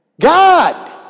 God